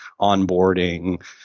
onboarding